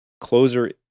Closer